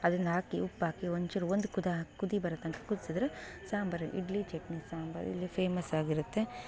ಅದನ್ನು ಹಾಕಿ ಉಪ್ಪಾಕಿ ಒಂದ್ಚೂರು ಒಂದು ಕುದಿ ಕುದಿ ಬರೋ ತನಕ ಕುದಿಸಿದ್ರೆ ಸಾಂಬಾರು ಇಡ್ಲಿ ಚಟ್ನಿ ಸಾಂಬಾರು ಇಲ್ಲಿ ಫೇಮಸ್ಸಾಗಿರುತ್ತೆ